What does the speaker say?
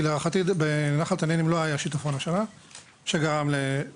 כי להערכתי בנחל תנינים לא היה שיטפון השנה שגרם לדבר כזה,